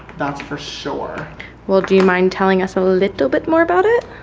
that's for sure well do you mind telling us a little bit more about it?